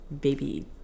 baby